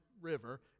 River